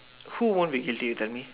who won't be guilty you tell me